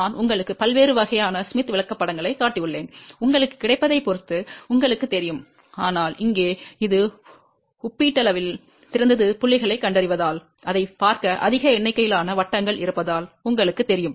நான் உங்களுக்கு பல்வேறு வகையான ஸ்மித் விளக்கப்படங்களைக் காட்டியுள்ளேன் உங்களுக்குக் கிடைப்பதைப் பொறுத்து உங்களுக்குத் தெரியும் ஆனால் இங்கே இது ஒப்பீட்டளவில் சிறந்தது புள்ளிகளைக் கண்டறிவதால் அதைப் பார்க்க அதிக எண்ணிக்கையிலான வட்டங்கள் இருப்பதால் உங்களுக்குத் தெரியும்